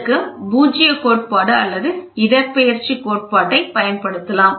இதற்கு பூஜ்ஜிய கோட்பாடு அல்லது இடப்பெயர்ச்சி கோட்பாட்டை பயன்படுத்தலாம்